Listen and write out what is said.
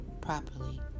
properly